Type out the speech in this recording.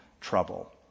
trouble